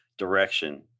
Direction